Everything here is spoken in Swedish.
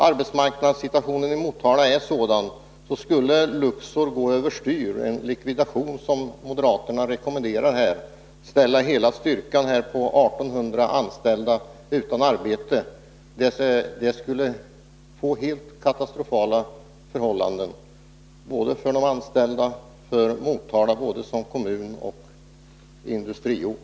Arbetsmarknadssituationen i Motala är sådan att om Luxor skulle gå över styr — moderaterna rekommenderar ju att företaget skall träda i likvidation — och hela styrkan på 1 800 anställda ställas utan arbete, skulle det få helt katastrofala följder, både för de anställda och för Motala som kommun och industriort.